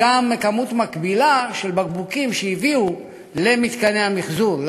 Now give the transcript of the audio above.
וגם כמות מקבילה של בקבוקים שהביאו למתקני המיחזור.